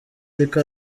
ariko